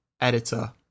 editor